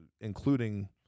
including